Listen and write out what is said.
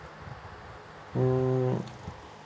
mm